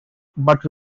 but